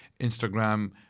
Instagram